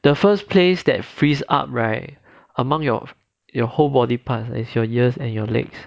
the first place that freeze up right among your of your whole body parts is your ears and your legs or just a waste